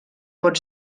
pot